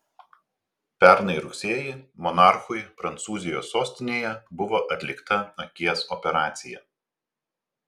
pernai rugsėjį monarchui prancūzijos sostinėje buvo atlikta akies operacija